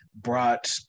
brought